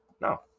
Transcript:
No